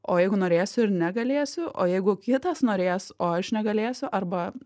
o jeigu norėsiu ir negalėsiu o jeigu kitas norės o aš negalėsiu arba